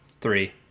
three